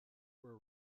were